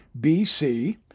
BC